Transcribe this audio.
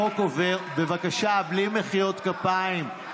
החוק עובר, בבקשה, בלי מחיאות כפיים.